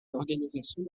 l’organisation